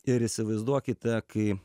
ir įsivaizduokite kai